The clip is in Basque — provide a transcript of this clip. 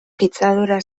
pitzadura